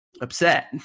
upset